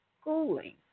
schooling